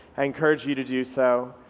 i encourage you to do so,